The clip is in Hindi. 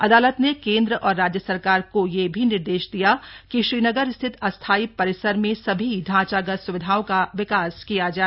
अदालत ने केन्द्र और राज्य सरकार को यह भी निर्देश दिया कि श्रीनगर स्थित अस्थायी परिसर में सभी ढांचागत स्विधाओं का विकास किया जाए